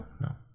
No